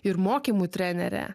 ir mokymų trenerė